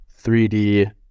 3D